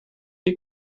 die